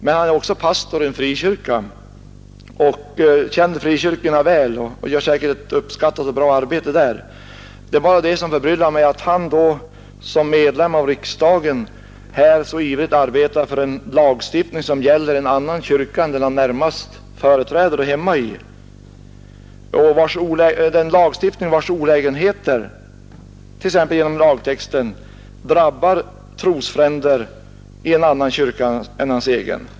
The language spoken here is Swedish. Men han är också pastor i en frikyrka, han känner frikyrkorna väl och han gör säkerligen ett bra och uppskattat arbete där. Vad som förbryllar mig är att han då som medlem av riksdagen så ivrigt arbetar för en lagstiftning som gäller en annan kyrka än den han närmast företräder och är hemma i. Det gäller ju en lagstiftning vars olägenheter t.ex. genom lagtexten drabbar trosfränder i en annan kyrka än hans egen.